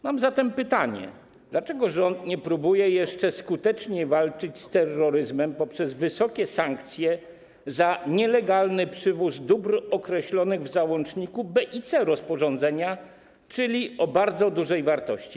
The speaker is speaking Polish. Mam zatem pytanie: Dlaczego rząd nie próbuje jeszcze skuteczniej walczyć z terroryzmem poprzez wysokie sankcje za nielegalny przywóz dóbr określonych w załącznikach B i C rozporządzenia, czyli o bardzo dużej wartości?